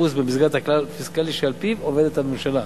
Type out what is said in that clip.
במסגרת הכלל הפיסקלי שעל-פיו עובדת הממשלה.